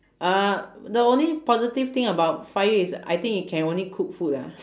uh the only positive thing about fire is I think it can only cook food ah